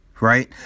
right